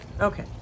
okay